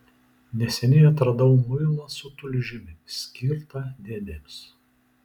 neseniai atradau muilą su tulžimi skirtą dėmėms